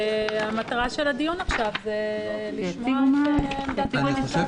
המטרה של הדיון עכשיו היא לשמוע את עמדת הוועדה.